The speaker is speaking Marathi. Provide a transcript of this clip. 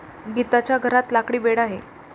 गीताच्या घरात लाकडी बेड आहे